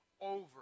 over